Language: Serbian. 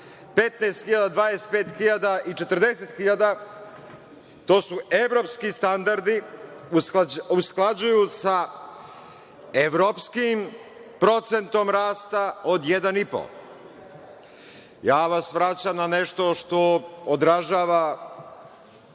15.000, 25.000 i 40.000, to su evropski standardi, usklađuju se sa evropskijim procentom rasta od 1,5%. Ja vas vraćam na nešto što odražava